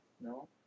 No